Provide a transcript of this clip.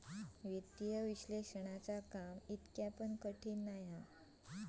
वित्तीय विश्लेषणाचा काम इतका पण कठीण नाय हा